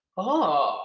oh